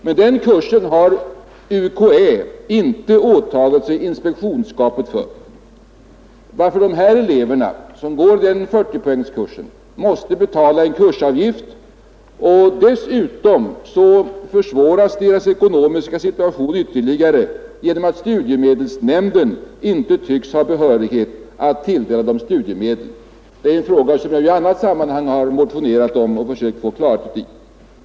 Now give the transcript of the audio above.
Men den kursen har UKÄ inte åtagit sig inspektionsskapet för. De elever som går 40-poängkursen måste därför betala kursavgift. Deras ekonomiska situation försvåras ytterligare genom att studiemedelsnämnden inte tycks ha behörighet att tilldela dem studiemedel. Det är en fråga som jag i annat sammanhang har motionerat om och försökt få klarhet i.